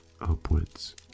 upwards